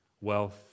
Wealth